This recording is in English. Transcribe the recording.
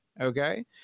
okay